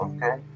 Okay